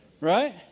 right